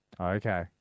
Okay